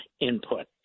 input